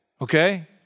okay